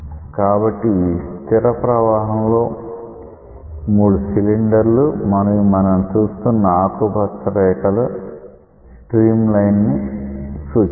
కాబట్టి ఇవి స్థిర ప్రవాహంలో 3 సిలిండర్లు మరియు మనం చూస్తున్న ఆకుపచ్చ రంగు రేఖలు స్ట్రీమ్ లైన్ ను సూచిస్తాయి